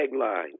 tagline